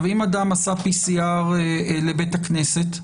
אם אדם עשה PCR לבית הכנסת,